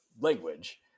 language